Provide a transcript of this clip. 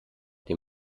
dem